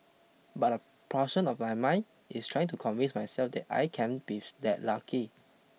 but a portion of my mind is trying to convince myself that I can't be that lucky